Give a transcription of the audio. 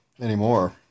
anymore